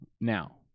Now